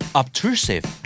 obtrusive